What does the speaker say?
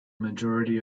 majority